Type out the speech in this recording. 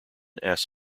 asks